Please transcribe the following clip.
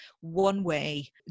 one-way